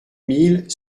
mille